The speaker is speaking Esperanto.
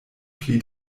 pli